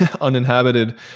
uninhabited